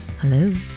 Hello